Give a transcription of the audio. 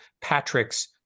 Patrick's